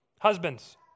Husbands